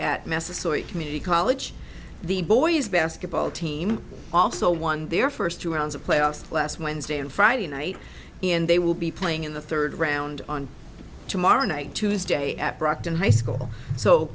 mesozoic community college the boys basketball team also won their first two rounds of playoffs last wednesday and friday night and they will be playing in the third round on tomorrow night tuesday at brockton high school so